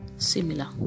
similar